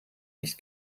nicht